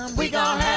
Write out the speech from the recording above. um we got